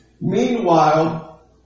Meanwhile